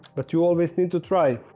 but you always need to try